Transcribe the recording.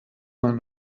man